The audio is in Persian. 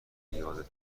یادت